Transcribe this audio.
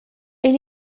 ele